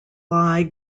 lie